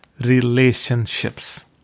relationships